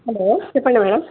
hello చెప్పండి madam